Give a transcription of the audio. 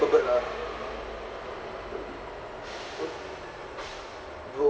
bird bird ah bro